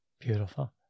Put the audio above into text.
Beautiful